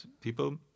people